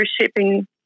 shipping